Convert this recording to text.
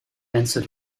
wensen